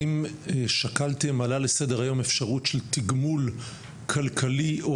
האם שקלתם או עלה לסדר היום אפשרות של תגמול כלכלי או